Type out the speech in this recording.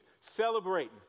celebrating